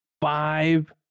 five